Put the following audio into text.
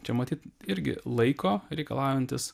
čia matyt irgi laiko reikalaujantis